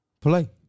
play